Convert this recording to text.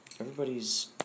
Everybody's